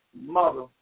mother